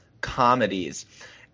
comedies